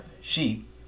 sheep